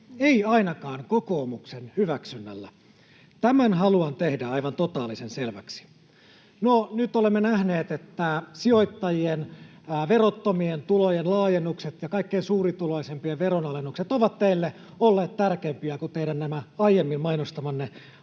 ei ainakaan kokoomuksen hyväksynnällä. Tämän haluan tehdä aivan totaalisen selväksi.” No, nyt olemme nähneet, että sijoittajien verottomien tulojen laajennukset ja kaikkein suurituloisimpien veronalennukset ovat teille olleet tärkeämpiä kuin teidän nämä aiemmin mainostamanne